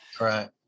right